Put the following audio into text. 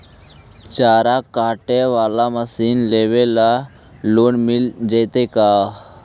चारा काटे बाला मशीन लेबे ल लोन मिल जितै का?